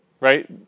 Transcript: right